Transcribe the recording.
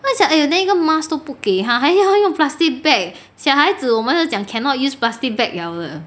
what's your !aiyo! 连一个 mask 都不给他还叫他用 plastic bag 小孩子我们讲 cannot use plastic bag 了了